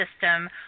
system